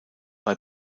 bei